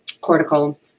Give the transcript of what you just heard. cortical